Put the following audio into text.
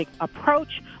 approach